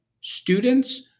students